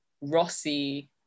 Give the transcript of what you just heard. Rossi